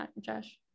Josh